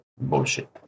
bullshit